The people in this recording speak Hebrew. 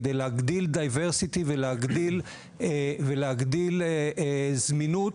כדי להגדיל diversity ולהגדיל זמינות,